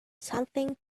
something